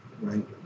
Right